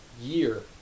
year